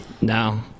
No